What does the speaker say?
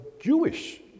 Jewish